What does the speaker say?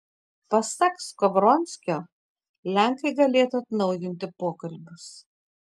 pasak skovronskio lenkai galėtų atnaujinti pokalbius